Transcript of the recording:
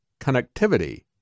connectivity